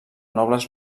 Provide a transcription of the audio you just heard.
nobles